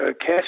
cash